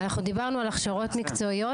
אנחנו דיברנו על הכשרות מקצועיות,